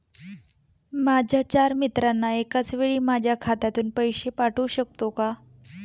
माझ्या चार मित्रांना एकाचवेळी माझ्या खात्यातून पैसे पाठवू शकतो का?